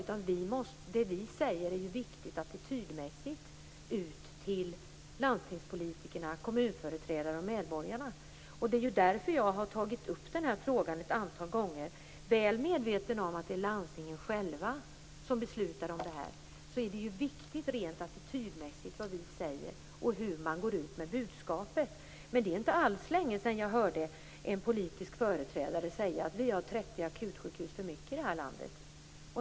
Det vi säger till landstingspolitiker, kommunföreträdare och medborgarna är attitydmässigt viktigt. Det är därför jag har tagit upp frågan ett antal gånger, väl medveten om att landstingen själva fattar beslut. Hur vi går ut med budskapet är viktigt attitydmässigt. Det är inte länge sedan jag hörde en politisk företrädare säga att det finns 30 akutsjukhus för många i landet.